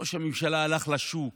ראש הממשלה הלך לשוק,